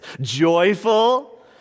joyful